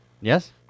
Yes